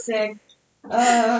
Sick